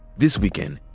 this weekend,